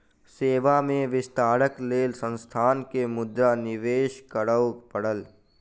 सेवा में विस्तारक लेल संस्थान के मुद्रा निवेश करअ पड़ल